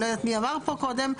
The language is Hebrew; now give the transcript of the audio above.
לא יודעת מי אמר פה מקודם,